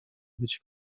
być